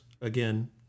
Again